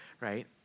right